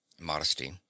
Modesty